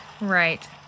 Right